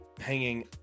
hanging